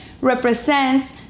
represents